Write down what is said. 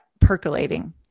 percolating